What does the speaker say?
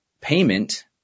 payment